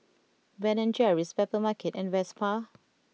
Ben and Jerry's Papermarket and Vespa